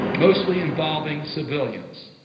mostly involving civilians.